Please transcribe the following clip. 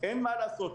אין מה לעשות.